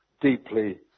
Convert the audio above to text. deeply